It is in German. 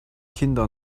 kinder